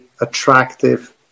attractive